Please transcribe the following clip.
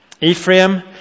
Ephraim